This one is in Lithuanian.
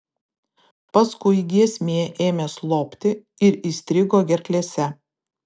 paskui giesmė ėmė slopti ir įstrigo gerklėse